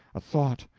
a thought,